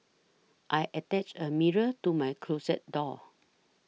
I attached a mirror to my closet door